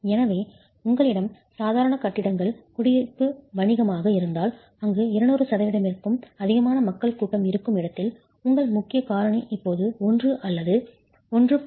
எனவே உங்களிடம் சாதாரண கட்டிடங்கள் குடியிருப்பு வணிகமாக இருந்தால் அங்கு 200 சதவீதத்திற்கும் அதிகமான மக்கள் கூட்டம் இருக்கும் இடத்தில் உங்கள் முக்கியக் காரணி இப்போது 1 அல்ல 1